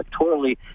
electorally